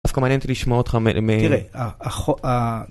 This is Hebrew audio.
דווקא מעניין אותי לשמוע אותך - תראה.